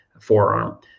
forearm